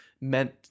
meant